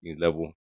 level